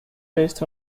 based